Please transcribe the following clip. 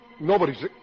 Nobody's